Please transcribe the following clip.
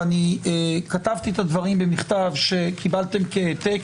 וכתבתי את הדברים במכתב שקיבלתם כהעתק,